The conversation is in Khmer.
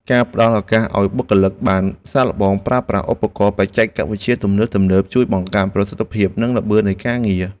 ការផ្តល់ឱកាសឱ្យបុគ្គលិកបានសាកល្បងប្រើប្រាស់ឧបករណ៍បច្ចេកវិទ្យាទំនើបៗ ជួយបង្កើនប្រសិទ្ធភាពនិងល្បឿននៃការងារ។